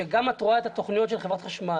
גם כשאת רואה את התוכניות של חברת החשמל,